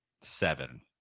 seven